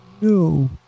No